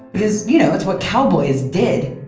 because, you know, that's what cowboys did.